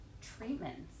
treatments